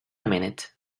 minute